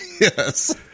Yes